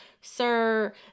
sir